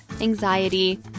anxiety